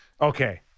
Okay